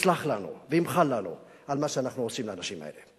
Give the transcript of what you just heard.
יסלח לנו וימחל לנו על מה שאנחנו עושים לאנשים האלה.